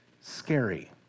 scary